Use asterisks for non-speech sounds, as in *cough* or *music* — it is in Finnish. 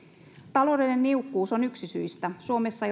taloudellinen niukkuus on yksi syistä suomessa *unintelligible*